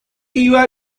iba